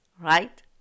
right